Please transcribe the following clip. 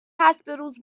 hospitals